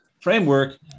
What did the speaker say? framework